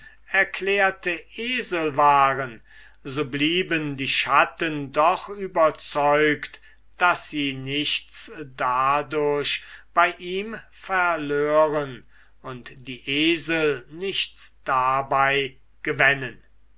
erklärte esel waren so blieben die schatten doch überzeugt daß sie nichts dadurch verlören und die esel nichts dabei